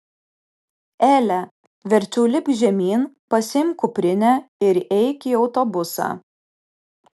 ele verčiau lipk žemyn pasiimk kuprinę ir eik į autobusą